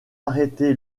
arrêté